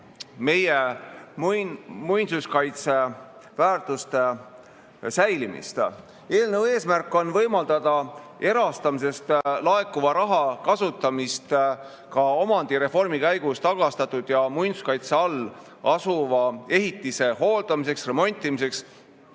meie muinsuskaitseväärtuste säilimist. Eelnõu eesmärk on võimaldada erastamisest laekuva raha kasutamist ka omandireformi käigus tagastatud ja muinsuskaitse all asuva ehitise hooldamiseks, remontimiseks,